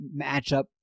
matchup